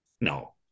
no